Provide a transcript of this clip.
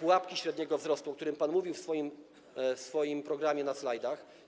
pułapki średniego wzrostu, o czym pan mówił w swoim programie prezentowanym na slajdach.